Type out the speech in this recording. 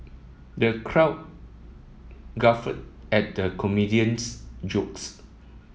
the crowd guffawed at the comedian's jokes